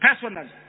personally